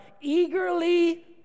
eagerly